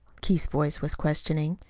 keith's voice was questioning.